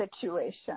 situation